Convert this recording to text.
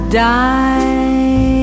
die